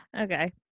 Okay